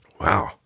Wow